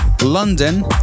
London